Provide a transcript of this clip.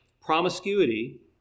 Promiscuity